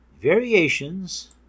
variations